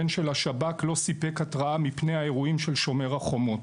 והן של שב"כ לא סיפק התרעה מפני האירועים של "שומר החומות".